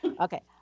Okay